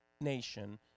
nation